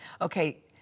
Okay